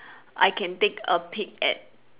I can take a peek at